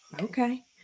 Okay